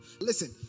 Listen